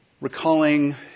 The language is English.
Recalling